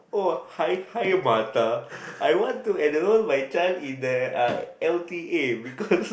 oh hi hi Mata I want to enroll my child in the uh l_t_a because